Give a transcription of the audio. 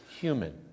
human